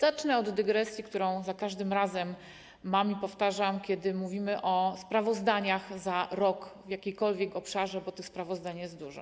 Zacznę od dygresji, którą za każdym razem czynię i powtarzam, kiedy mówimy o sprawozdaniach za rok w jakimkolwiek obszarze, bo tych sprawozdań jest dużo.